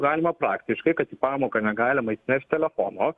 galima praktiškai kad į pamoką negalima įsinešt telefono